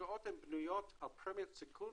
ההשקעות בנויות על פרמיית סיכון